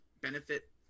benefit